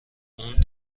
اون